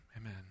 amen